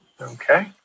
Okay